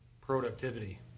productivity